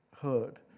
heard